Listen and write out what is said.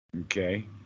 Okay